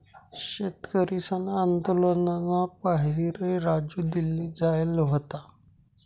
शेतकरीसना आंदोलनना पाहिरे राजू दिल्ली जायेल व्हता